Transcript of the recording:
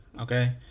Okay